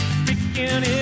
speaking